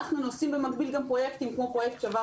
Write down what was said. אנחנו גם עושים במקביל פרויקטים כמו פרויקט "שווָה